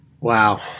wow